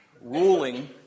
ruling